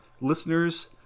listeners